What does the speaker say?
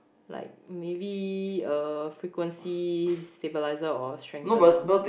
like maybe a frequency stabilizer or strengthener